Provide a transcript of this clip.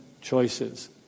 choices